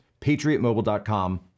patriotmobile.com